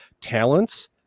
talents